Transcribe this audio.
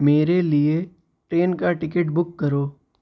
میرے لیے ٹرین کا ٹکٹ بک کرو